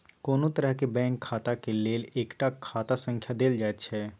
कोनो तरहक बैंक खाताक लेल एकटा खाता संख्या देल जाइत छै